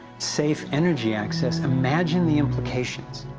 safe energy access, imagine the implications.